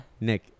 Nick